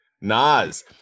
Nas